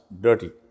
dirty